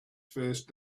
first